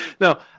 No